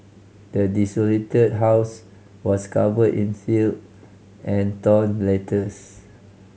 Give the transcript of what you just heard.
the desolated house was covered in filth and torn letters